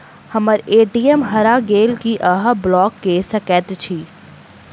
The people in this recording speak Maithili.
हम्मर ए.टी.एम हरा गेल की अहाँ ब्लॉक कऽ सकैत छी?